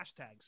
hashtags